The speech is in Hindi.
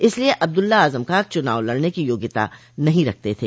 इसलिए अब्दुल्ला आजम खां चुनाव लड़ने की योग्यता नहीं रखते थे